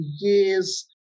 years